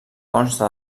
consta